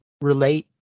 relate